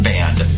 Band